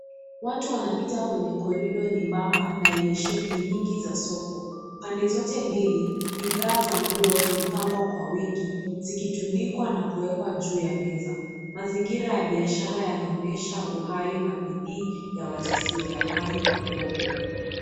Watu wanapita kwenye korido nyembamba na yenye shughuli nyingi za soko, pande zote mbili bidhaa za nguo zimepangwa kwa wingi zikitundikwa na kuwekwa juu ya meza, mazingira ya biashara yanaonyesha uhali na bidii ya wajasiriamali wadogo.